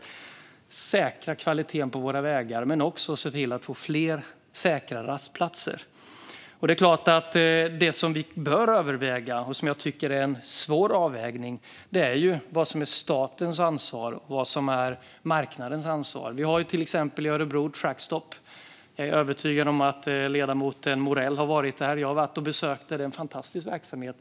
Vi ska säkra kvaliteten på våra vägar men också se till att få fler säkra rastplatser. Det som vi bör överväga och som jag tycker är en svår avvägning är vad som är statens ansvar och vad som är marknadens ansvar. Vi har till exempel Örebro Truckstop. Jag är övertygad om att ledamoten Morell har varit där. Jag har besökt det. Det är en fantastisk verksamhet.